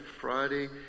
Friday